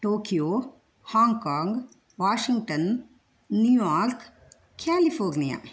Tokyo Hong Kong Washington New York California